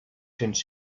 cents